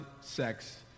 sex